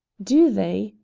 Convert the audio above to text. do they?